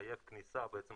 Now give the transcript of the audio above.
שבעצם